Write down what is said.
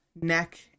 neck